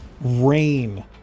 rain